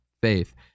faith